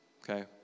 okay